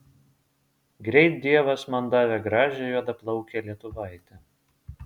greit dievas man davė gražią juodaplaukę lietuvaitę